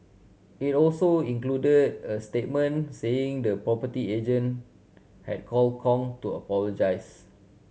it also included a statement saying the property agent had called Kong to apologise